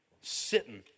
sitting